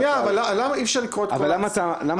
שנייה, אבל למה אי-אפשר לקרוא את כל ההצעה?